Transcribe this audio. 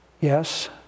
Yes